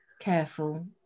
careful